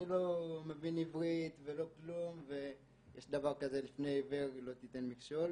אני לא מבין עברית ולא כלום ויש דבר כזה לפני עיוור לא תיתן מכשול